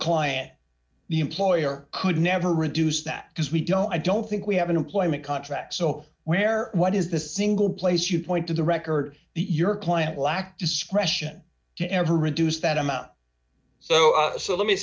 client the employer could never reduce that because we don't i don't think we have an employment contract so where what is the single place you point to the record your client black discretion and who reduce that amount so so let me